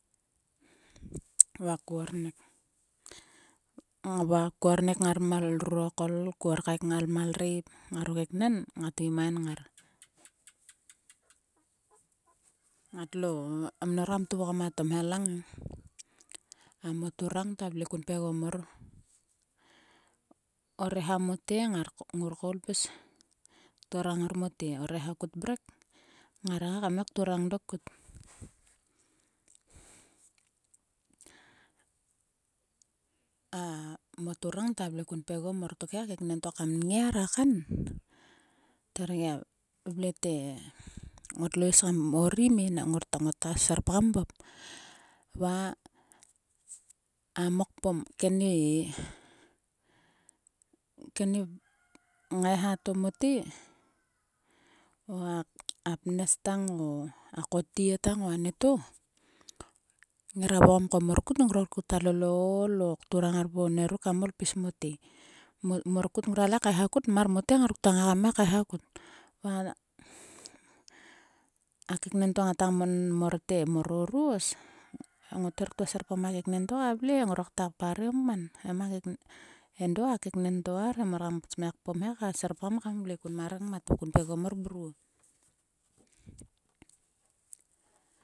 Va ko ornek. Ko ornek ngal miarurokol. Ko orkaek ngalmialreip. ngaro keknen ngat gi main ngar ngatlo mnor kam tuvgom a tomhelang e. A moturang tavle kun pgegom mor. O reha mote ngor koul pis turang ngar mote. O reha kut mrek ngara ngai kam ngai kturang dok kut. A moturang tavle kun pgegom mor tokhe a keknen to kam nngiar a kan ther gia vle te ngotlo is kam orom e ngota serpgam vop. Va a mok pom. Keni ngaiha to mote. o a pnes tang o. a kotie tang o a nieto. Ngira vokom ko mor kut ngor kuta lol o ool o kturang ngar pum o nieruk kam ol kpis mote. Mor kut ngruare kaeha kut. mar mote ngar ktua ngai kam ngai kaeha kut. Va a keknen to ngata mon mor te mor o ros. ngot her ktua serpgan a keknen to ka vle he. Ngror kta parem kman. Em a keknen to edo a keknento arhe. Mor kam smia serpgam kun ma rengmat. Kun pgegom mor mruo.